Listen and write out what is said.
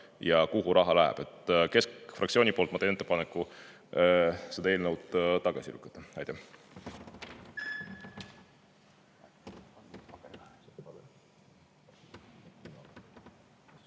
ja kuhu raha läheb. Keskfraktsiooni poolt ma teen ettepaneku see eelnõu tagasi lükata. Aitäh!